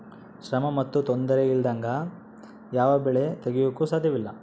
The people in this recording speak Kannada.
ಶ್ರಮ ಮತ್ತು ತೊಂದರೆ ಇಲ್ಲದಂಗೆ ಯಾವ ಬೆಳೆ ತೆಗೆಯಾಕೂ ಸಾಧ್ಯಇಲ್ಲ